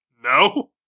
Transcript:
No